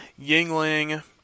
Yingling